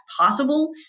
possible